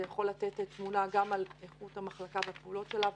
זה יכול לתת תמונה גם על איכות המחלקה והפעולות שלה,